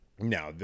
No